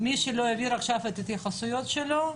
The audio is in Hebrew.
מי שלא יעביר עכשיו את ההתייחסויות שלו,